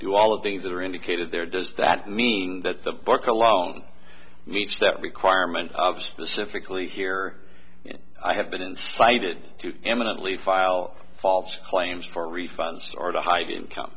do all of things that are indicated there does that mean that the book alone meets that requirement of specifically here i have been cited to eminently file false claims for refunds or to hide income